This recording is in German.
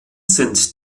sind